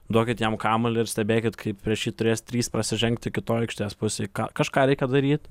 duokit jam kamuolį ir stebėkit kaip prieš jį turės trys prasižengti kitoj aikštės pusėj ką kažką reikia daryt